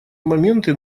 моменты